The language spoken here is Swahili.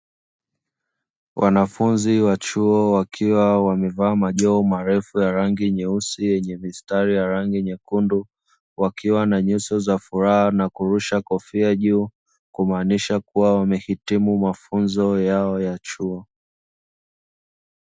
Wanafunzi wa chuo wakiwa wamevaa majoho marefu ya rangi nyeusi; yenye mistari ya rangi nyekundu, wakiwa na nyuso za furaha na kurusha kofia juu, kumaanisha kuwa wamehitimu mafunzo yao ya chuo.